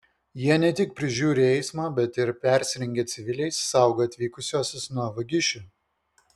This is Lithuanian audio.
jie ne tik prižiūri eismą bet ir persirengę civiliais saugo atvykusiuosius nuo vagišių